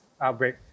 outbreak